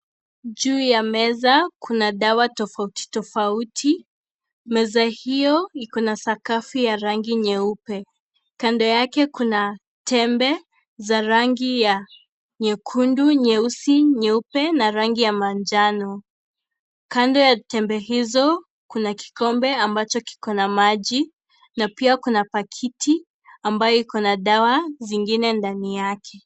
Juu ya meza kuna dawa tofauti tofauti, meza hiyo iko na sakafu ya rangi nyeupe, kando yake kuna tembe za rangi ya nyekundu, nyeusi , nyeupe na rangi ya manjano. Kando ya tembe hizo kuna kikombe ambacho kiko na maji na pia kuna pakiti ambayo iko na dawa zingine ndani yake.